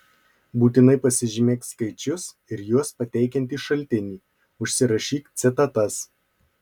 būtinai pasižymėk skaičius ir juos pateikiantį šaltinį užsirašyk citatas